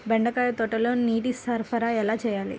బెండకాయ తోటలో నీటి సరఫరా ఎలా చేయాలి?